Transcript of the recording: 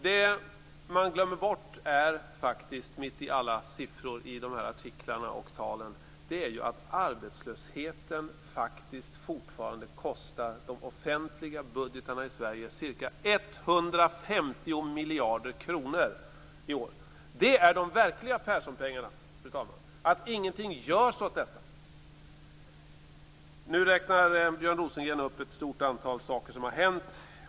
Det man glömmer bort mitt i alla siffror i artiklarna och talen är att arbetslösheten faktiskt kostar de offentliga budgetarna i Sverige ca 150 miljarder kronor i år. Det är de verkliga Perssonpengarna, fru talman. Ingenting görs åt detta. Nu räknar Björn Rosengren upp ett stort antal saker som har hänt.